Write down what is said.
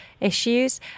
issues